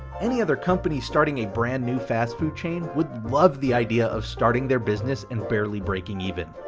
any other company starting a brand new fast food chain would love the idea of starting their business and barely breaking even.